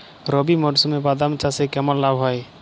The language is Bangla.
রবি মরশুমে বাদাম চাষে কেমন লাভ হয়?